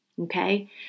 Okay